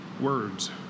words